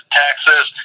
taxes